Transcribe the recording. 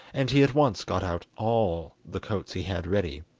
and he at once got out all the coats he had ready.